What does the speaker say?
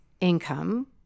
income